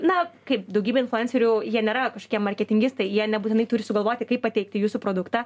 na kaip daugybė influencerių jie nėra kažkokie marketingistai jie nebūtinai turi sugalvoti kaip pateikti jūsų produktą